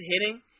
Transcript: hitting